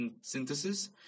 synthesis